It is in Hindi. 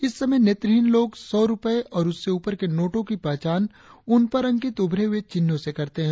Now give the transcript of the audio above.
इस समय नेत्रहीन लोग सौ रुपए और उससे उपर के नोटों की पहचान उन पर अंकित उभरे हुए चिह्नों से करते हैं